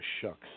shucks